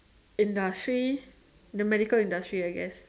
industry the medical industry I guess